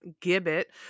gibbet